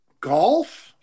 golf